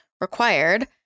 required